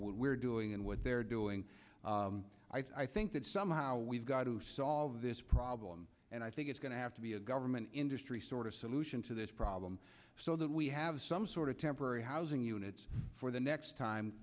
what we're doing and what they're doing i think that somehow we've got to solve this problem and i think it's going to have to be a government industry sort of solution to this problem so that we have some sort of temporary housing units for the next time